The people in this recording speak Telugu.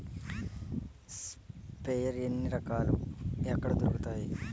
స్ప్రేయర్ ఎన్ని రకాలు? ఎక్కడ దొరుకుతాయి?